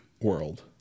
world